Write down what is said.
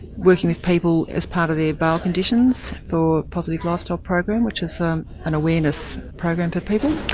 working with people as part of their bail conditions for positive lifestyle program, which is ah an awareness program for people.